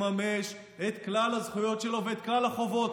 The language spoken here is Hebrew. לממש את כלל הזכויות שלו ואת כלל החובות.